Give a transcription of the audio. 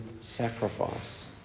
sacrifice